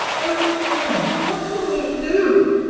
oh, anne, what will we do?